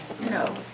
No